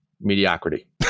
mediocrity